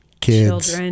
kids